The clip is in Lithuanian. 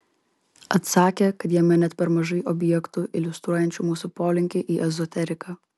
atsakė kad jame net per mažai objektų iliustruojančių mūsų polinkį į ezoteriką